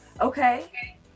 Okay